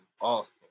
Awesome